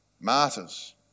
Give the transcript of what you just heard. Martyrs